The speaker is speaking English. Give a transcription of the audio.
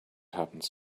happens